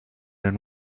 and